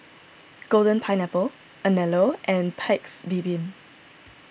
Golden Pineapple Anello and Paik's Bibim